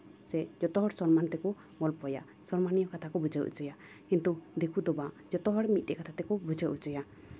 ᱥᱮ ᱥᱚᱱᱢᱟᱱ ᱛᱮᱠᱚ ᱜᱚᱞᱯᱚᱭᱟ ᱥᱚᱱᱢᱟᱱᱤᱭᱚ ᱠᱟᱛᱷᱟ ᱠᱚ ᱵᱩᱡᱷᱟᱹᱣ ᱦᱚᱪᱚᱭᱟ ᱠᱤᱱᱛᱩ ᱫᱤᱠᱩ ᱫᱚ ᱵᱟᱝ ᱡᱚᱛᱚ ᱦᱚᱲ ᱢᱤᱫᱴᱮᱡ ᱠᱟᱛᱷᱟ ᱛᱮᱠᱚ ᱵᱩᱡᱷᱟᱹᱣ ᱦᱚᱪᱚᱭᱟ